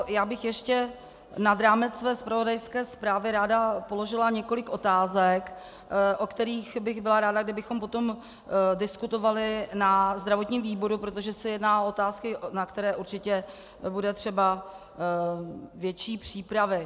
Já bych ještě nad rámec své zpravodajské zprávy ráda položila několik otázek, o kterých bych byla ráda, kdybychom potom diskutovali na zdravotním výboru, protože se jedná o otázky, na které určitě bude třeba větší přípravy.